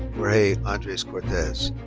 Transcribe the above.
jorge andres cortes.